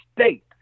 state